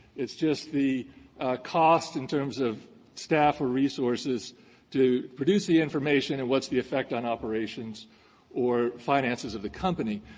it's just the cost in terms of staff or resources to produce the information and what's the effect on operations or finances of the company.